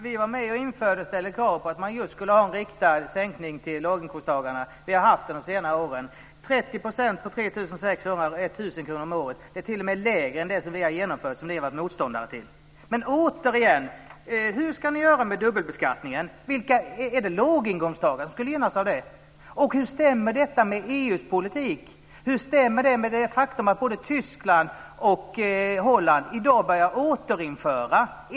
Fru talman! Vi var med och ställde krav på just en riktad sänkning för låginkomsttagarna. Det har vi haft under de senare åren. 30 % på 3 600 kr är 1 000 kr om året. Det är t.o.m. lägre än det som vi har genomfört som ni har varit motståndare till. Återigen: Hur ska ni göra med dubbelbeskattningen? Är det låginkomsttagarna som skulle gynnas av ert förslag? Hur stämmer detta med EU:s politik? Hur stämmer det med det faktum att både Tyskland och Holland i dag börjar återinföra dubbelbeskattningen?